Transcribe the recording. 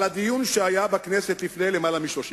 על הדיון שהיה בכנסת לפני למעלה מ-30 שנה.